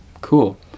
Cool